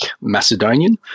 Macedonian